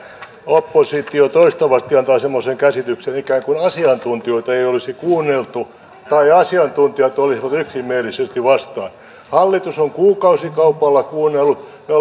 oppositio toistuvasti antaa semmoisen käsityksen ikään kuin asiantuntijoita ei olisi kuunneltu tai asiantuntijat olisivat yksimielisesti vastaan hallitus on kuukausikaupalla kuunnellut me olemme